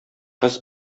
кыз